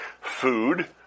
food